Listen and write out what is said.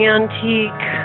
antique